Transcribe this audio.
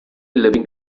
living